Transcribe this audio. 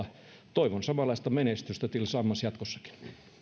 toivon samanlaista menestystä tillsammans jatkossakin